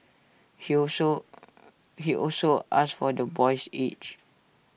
he also he also asked for the boy's age